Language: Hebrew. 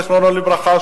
זיכרונו לברכה,